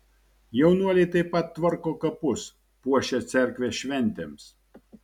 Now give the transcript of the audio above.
jaunuoliai taip pat tvarko kapus puošia cerkvę šventėms